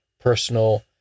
personal